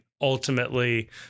ultimately